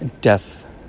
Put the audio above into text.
Death